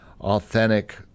authentic